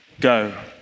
go